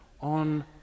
on